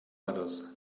others